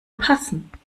passen